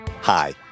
Hi